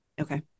Okay